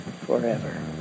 forever